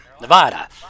Nevada